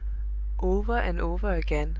over and over again,